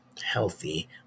healthy